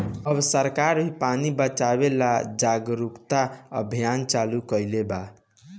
अब सरकार भी पानी बचावे ला जागरूकता अभियान चालू कईले बा